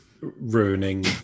ruining